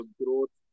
growth